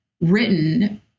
written